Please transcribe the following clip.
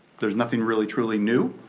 there's nothing really truly new.